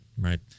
Right